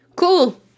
Cool